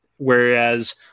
Whereas